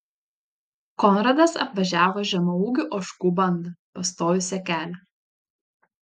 konradas apvažiavo žemaūgių ožkų bandą pastojusią kelią